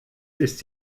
ist